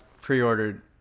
pre-ordered